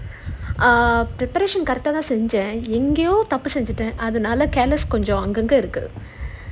err preparation correct ah தான் செஞ்சேன் எங்கேயோ தப்பு செஞ்சிட்டேன் அதுனால:thaan senjaen engeayo thappu senjitaen adhunaala careless கொஞ்சம் அங்க அங்க இருக்கு:konjam anga anga irukku